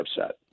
upset